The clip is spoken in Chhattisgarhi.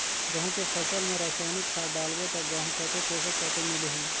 गंहू के फसल मा रसायनिक खाद डालबो ता गंहू कतेक पोषक तत्व मिलही?